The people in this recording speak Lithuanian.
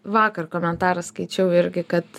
vakar komentarą skaičiau irgi kad